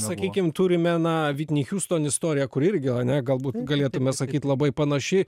sakykim turime na vitni hjuston kuri irgi ane galbūt galėtume sakyt labai panaši